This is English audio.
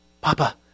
Papa